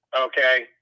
Okay